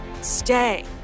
stay